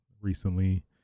recently